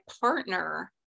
partner